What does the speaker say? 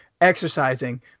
exercising